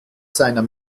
seiner